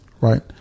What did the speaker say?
right